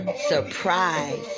Surprise